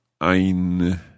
ein